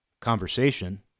conversation